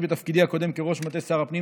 זכיתי בתפקידי הקודם כראש מטה שר הפנים,